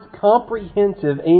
comprehensive